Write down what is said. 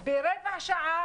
תוך רבע שעה,